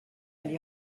les